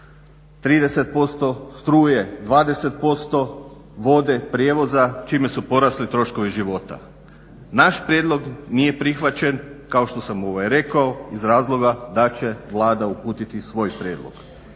30%, struje 20%, vode, prijevoza čime su porasli troškovi života. Naš prijedlog nije prihvaćen kao što sam rekao iz razloga da će Vlada uputiti svoj prijedlog.